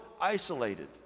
isolated